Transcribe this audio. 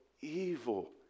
evil